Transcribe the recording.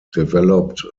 developed